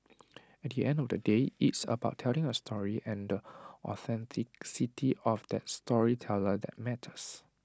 at the end of the day it's about telling A story and the authenticity of that storyteller that matters